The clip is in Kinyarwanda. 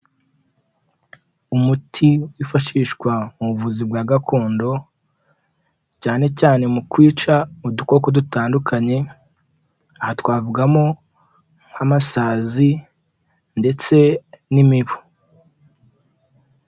Umuti wifashishwa mu buvuzi bwa gakondo, cyane cyane mu kwica udukoko dutandukanye aha twavugamo nk'amasazi ndetse n'imibu.